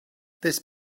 this